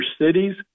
cities